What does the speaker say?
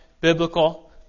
biblical